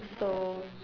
so